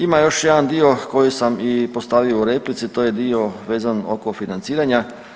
Ima još jedan dio koji sam postavio u replici, to je dio vezan oko financiranja.